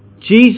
Jesus